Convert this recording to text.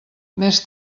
més